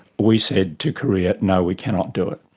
we said to korea, no, we cannot do it.